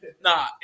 Nah